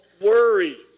Worry